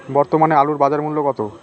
বর্তমানে আলুর বাজার মূল্য কত?